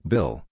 Bill